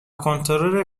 کنترل